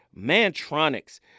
Mantronics